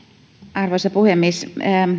arvoisa puhemies